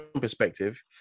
perspective